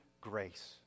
grace